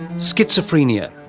schizophrenia.